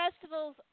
festivals